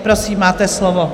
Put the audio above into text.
Prosím, máte slovo.